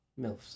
Milfs